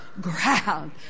ground